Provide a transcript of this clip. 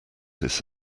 this